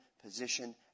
position